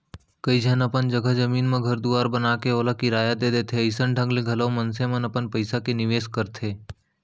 कइ झन अपन जघा जमीन म घर दुवार बनाके ओला किराया दे देथे अइसन ढंग ले घलौ मनसे मन अपन पइसा के निवेस करथे